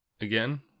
again